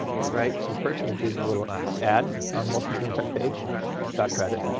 right, so the person that does the little ad on the most regional tech page got credit.